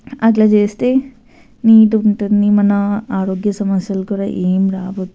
అట్లా చేస్తే నీట్గా ఉంటుంది మన ఆరోగ్య సమస్యలు కూడా ఏం రావద్దు